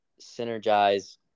synergize